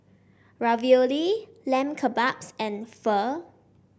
Ravioli Lamb Kebabs and Pho